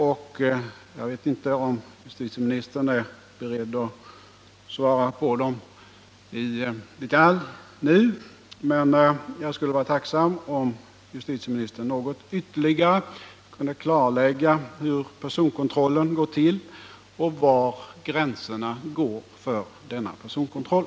Jag vet inte om justitieministern är beredd att svara på dem i detalj nu, men jag skulle vara tacksam om justitieministern något ytterligare kunde klarlägga hur personkontrollen går till och var gränserna går för denna personkontroll.